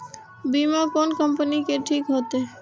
बीमा कोन कम्पनी के ठीक होते?